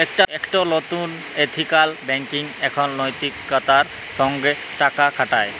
একট লতুল ethical banking এখন লৈতিকতার সঙ্গ টাকা খাটায়